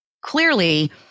clearly